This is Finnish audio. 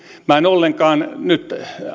en ollenkaan nyt